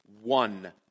One